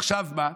עכשיו מה?